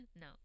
No